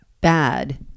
bad